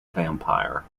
vampire